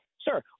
sir